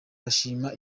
bashima